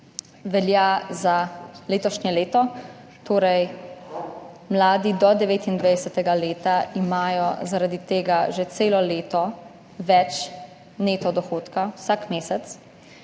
Velja za letošnje leto, torej mladi do 29. leta imajo zaradi tega že celo leto več neto dohodka vsak mesec.